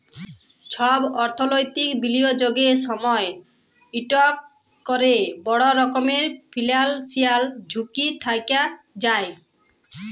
ছব অথ্থলৈতিক বিলিয়গের সময় ইকট ক্যরে বড় রকমের ফিল্যালসিয়াল ঝুঁকি থ্যাকে যায়